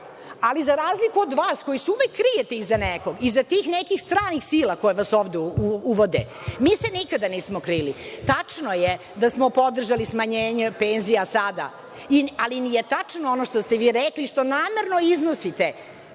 Ali, za razliku od vas koji se uvek krijete iza nekog, iza tih nekih stranih sila koje vas ovde uvode, mi se nikada nismo krili. Tačno je da smo podržali smanjenje penzija sada, ali nije tačno ono što ste rekli, što namerno iznosite,